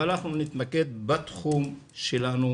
אבל אנחנו נתמקד בתחום שלנו,